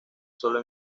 solo